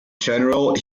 general